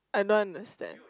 I don't understand